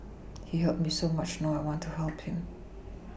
he helped me so much now I want to help him